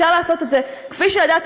זה ולדאוג